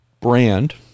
brand